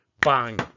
bang